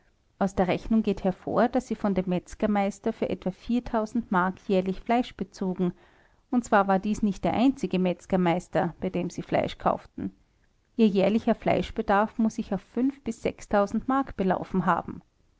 aus der rechnung geht hervor daß sie von dem metzgermeister für etwa mark jährlich fleisch bezogen und zwar war dies nicht der einzige metzgermeister bei dem sie fleisch kauften ihr jährlicher fleischbedarf muß sich auf mark belaufen haben